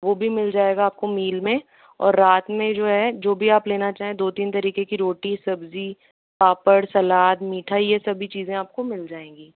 वह भी मिल जाएगा आपको मील में और रात में जो है जो भी आप लेना चाहें दो तीन तरीके की रोटी सब्ज़ी पापड़ सलाद मीठा यह सभी चीज़े आपको मिल जाएँगी